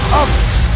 others